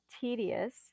tedious